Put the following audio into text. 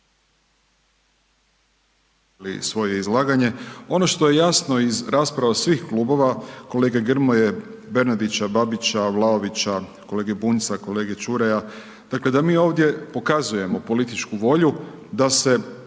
izlaganje. Ono što je jasno iz rasprava svih klubova, kolege Grmoje, Bernardića, Babića, Vlaovića, kolege Bunjca, kolege Čuraja, dakle mi ovdje pokazujemo političku volju da se